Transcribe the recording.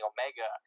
Omega